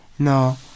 No